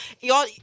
Y'all